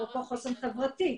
אפרופו חוסן חברתי.